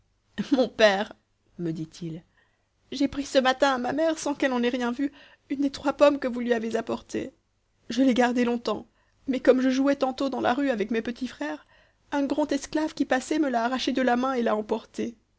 mon père me dit-il j'ai pris ce matin à ma mère sans qu'elle en ait rien vu une des trois pommes que vous lui avez apportées je l'ai gardée longtemps mais comme je jouais tantôt dans la rue avec mes petits frères un grand esclave qui passait me l'a arrachée de la main et l'a emportée